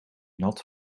nat